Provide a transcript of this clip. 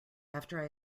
after